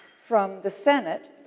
from the senate,